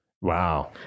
Wow